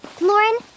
Lauren